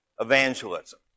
evangelism